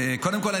קודם כול,